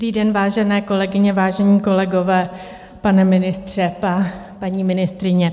Dobrý den, vážené kolegyně, vážení kolegové, pane ministře, paní ministryně.